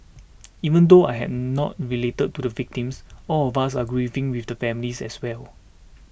even though I had not related to the victims all of us are grieving with the families as well